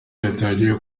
yatangiye